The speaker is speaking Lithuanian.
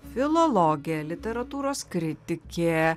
filologė literatūros kritikė